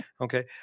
Okay